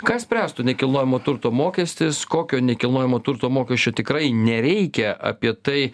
ką spręstų nekilnojamo turto mokestis kokio nekilnojamo turto mokesčio tikrai nereikia apie tai